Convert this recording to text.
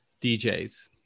DJs